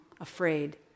afraid